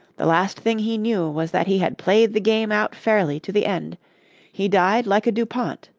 the last thing he knew was that he had played the game out fairly to the end he died like a dupont,